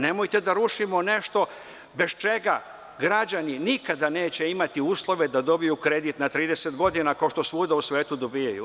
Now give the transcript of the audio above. Nemojte da rušimo nešto zbog čega građani nikada neće imati uslove da dobiju kredit na 30 godina, kao što svuda u svetu dobijaju.